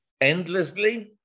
endlessly